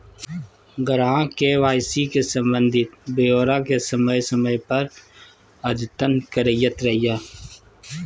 ग्राहक के के.वाई.सी संबंधी ब्योरा के समय समय पर अद्यतन करैयत रहइ